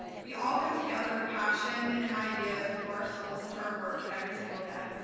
we all come together with passion and ideas and pour our souls into our work every single day.